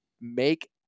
make